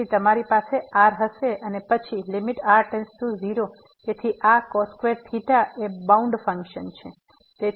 તેથી તમારી પાસે r હશે અને પછી લીમીટ r → 0 તેથી આ એ બાઉન્ડ ફંક્શન છે